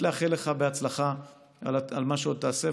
לאחל לך בהצלחה על מה שעוד תעשה.